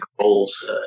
roles